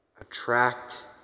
attract